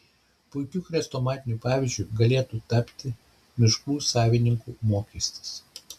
puikiu chrestomatiniu pavyzdžiu galėtų tapti miškų savininkų mokestis